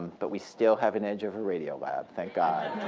but we still have an edge over radio lab, thank god.